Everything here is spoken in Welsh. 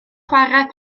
chwarae